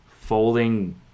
folding